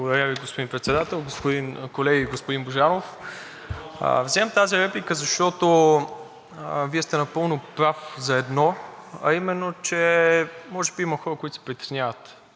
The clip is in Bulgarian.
Благодаря Ви, господин Председател. Колеги! Господин Божанов, вземам тази реплика, защото Вие сте напълно прав за едно, а именно че може би има хора, които се притесняват